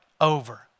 over